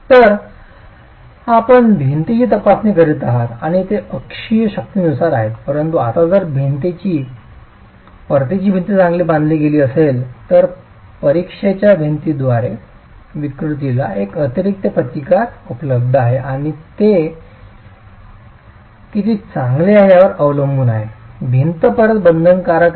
तर आपण भिंतीची तपासणी करीत आहात आणि ते अक्षीय शक्तींनुसार आहेत परंतु आता जर परतीची भिंत चांगली बांधली गेली असेल तर परिक्षेच्या भिंतींद्वारे या विकृतीला एक अतिरिक्त प्रतिकार उपलब्ध आहे आणि हे किती चांगले आहे यावर अवलंबून आहे भिंत परत बंधनकारक आहे